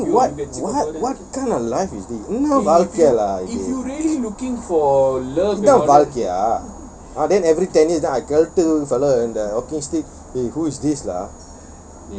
no what what what kind of life is this என்ன வாழ்க டா இது:enna vaalka da ithu !huh! then every ten years then I இதுதான் வாழ்கயா:ithaan valkaya fella in the walking stick eh who's this lah